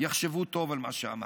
יחשבו טוב על מה שאמרתי.